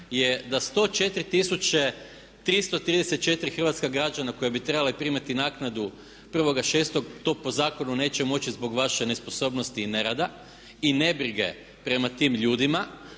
je da 104 334 hrvatska građana koja bi trebali primiti naknadu 1.6. to po zakonu neće moći zbog vaše nesposobnosti i nerada i ne brige prema tim ljudima